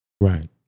Right